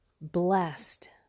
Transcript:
blessed